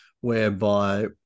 whereby